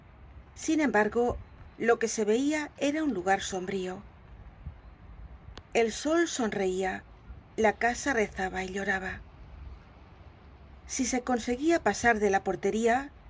sin embargo lo que se veia era un lugar sombrío el sol sonreia la casa rezaba y lloraba si se conseguía pasar de la portería